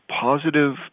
positive